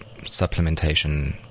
supplementation